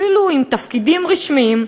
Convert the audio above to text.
אפילו בתפקידים רשמיים,